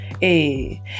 hey